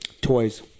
Toys